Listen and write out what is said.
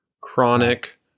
chronic